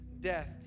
death